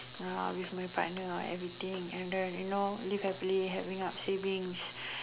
uh with my partner everything and then you know live happily having up savings